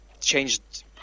changed